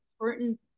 important